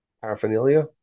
paraphernalia